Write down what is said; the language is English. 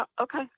okay